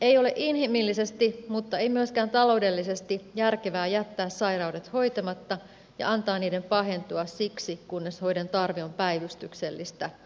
ei ole inhimillisesti mutta ei myöskään taloudellisesti järkevää jättää sairaudet hoitamatta ja antaa niiden pahentua siksi kunnes hoidon tarve on päivystyksellistä